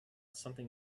something